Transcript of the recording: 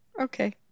Okay